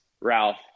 Ralph